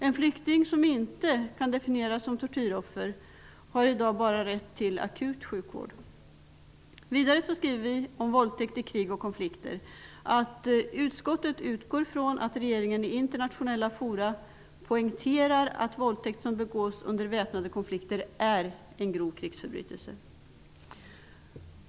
En flykting som inte kan definieras som tortyroffer har i dag bara rätt till akut sjukvård. Vidare står det i betänkandet om våldtäkt i krig och konflikter: ''Utskottet utgår från att regeringen i internationella fora poängterar att våldtäkt som begås under väpnade konflikter är en grov krigsförbrytelse.''